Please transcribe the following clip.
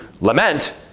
lament